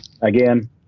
again